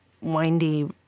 windy